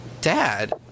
Dad